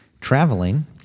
traveling